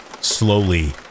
Slowly